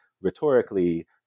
Rhetorically